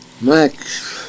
Max